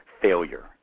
failure